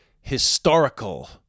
historical